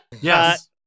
Yes